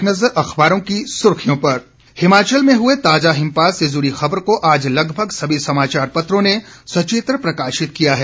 एक नज़र अखबारों की सुर्खियों पर हिमाचल में हुए ताजा हिमपात से जुड़ी खबर को आज लगभग सभी समाचार पत्रों ने सचित्र प्रकाशित किया है